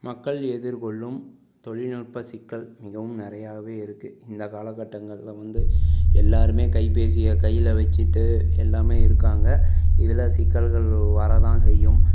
மக்கள் எதிர்கொள்ளும் தொழில்நுட்ப சிக்கல் மிகவும் நிறையாவே இருக்கு இந்த கால கட்டங்களில் வந்து எல்லோருமே கைப்பேசியை கையில் வெச்சுட்டு எல்லாம் இருக்காங்க இதில் சிக்கல்கள் வர தான் செய்யும்